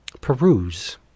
Peruse